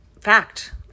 fact